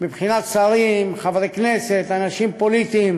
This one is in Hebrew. מבחינת שרים, חברי כנסת, אנשים פוליטיים,